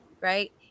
right